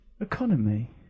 Economy